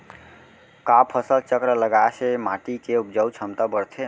का फसल चक्र लगाय से माटी के उपजाऊ क्षमता बढ़थे?